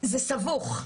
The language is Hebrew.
זה סבוך,